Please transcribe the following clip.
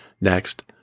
Next